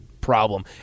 problem